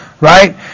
right